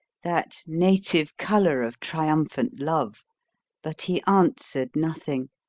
that native colour of triumphant love but he answered nothing.